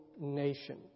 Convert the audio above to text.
nation